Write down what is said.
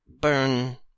burn